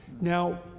now